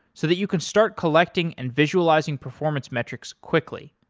so that you can start collecting and visualizing performance metrics quickly.